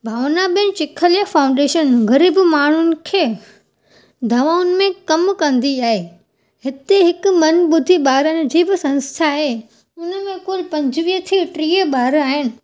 भावना ben Chikhliya foundation ग़रीब माण्हुनि खे दवाउनि में कमु कंदी आहे हिते हिकु मन ॿुधी ॿारनि जी बि संस्था आहे उन में कुलु पंजवीह थी टीह ॿार आहिनि